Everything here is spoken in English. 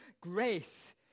grace